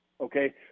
Okay